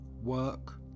work